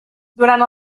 durant